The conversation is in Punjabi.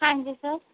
ਹਾਂਜੀ ਸਰ